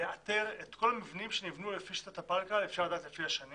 ולאתר את כל המבנים שנבנו לפי שיטת הפלקל ואפשר לדעת את זה לפי השנים